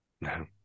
No